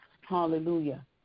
hallelujah